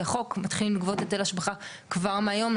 כי החוק מתחילים לגבות היטל השבחה כבר מהיום,